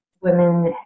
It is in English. women